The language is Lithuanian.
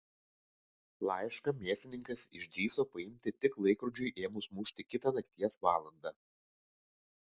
laišką mėsininkas išdrįso paimti tik laikrodžiui ėmus mušti kitą nakties valandą